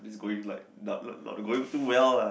it's going like da~ not not going too well lah